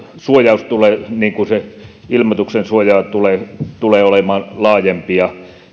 suojaus tulee niin kuin se ilmoituksen suoja tulee olemaan laajempi ja